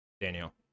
Daniel